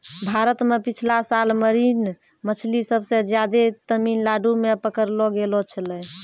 भारत मॅ पिछला साल मरीन मछली सबसे ज्यादे तमिलनाडू मॅ पकड़लो गेलो छेलै